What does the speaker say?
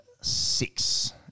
six